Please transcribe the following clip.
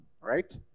right